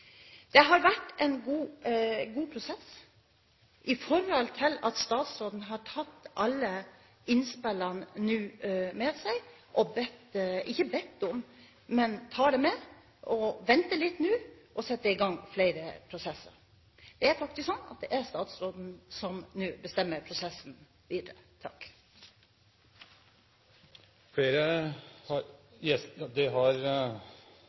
man har ivaretatt det som er ønsket fra representanten Nesvik. Det har vært en god prosess, på den måten at statsråden har tatt alle innspillene med seg, venter litt og setter i gang flere prosesser. Det er faktisk sånn at det er statsråden som nå bestemmer prosessen videre. Representanten Harald T. Nesvik har